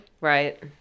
Right